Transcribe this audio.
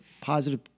positive